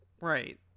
Right